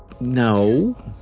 no